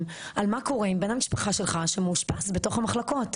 על מה קורה עם בן המשפחה שלך שמאושפז בתוך המחלקות.